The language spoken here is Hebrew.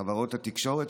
חברות התקשורת,